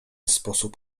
sposób